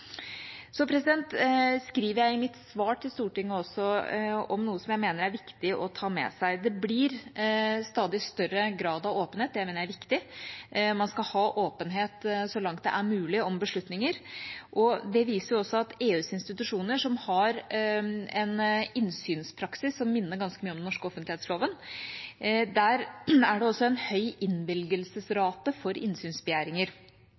I mitt svar til Stortinget skriver jeg også om noe jeg mener det er viktig å ta med seg. Det blir stadig større grad av åpenhet. Det mener jeg er viktig; man skal, så langt det er mulig, ha åpenhet om beslutninger. Det viser også EUs institusjoner, som har en innsynspraksis som minner ganske mye om den norske offentlighetsloven, for det er en høy